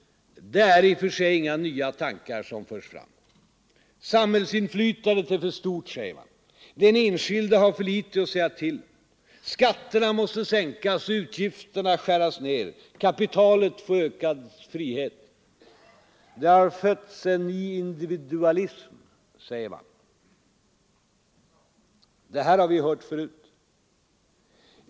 Det är i och för sig inga nya tankar som förs fram. Samhällsinflytandet är för stort, säger man. Den enskilde har för litet att säga till om. Skatterna måste sänkas och utgifterna skäras ned, kapitalet få ökad frihet. Det har fötts en ny individualism, säger man. Det här har vi hört förut.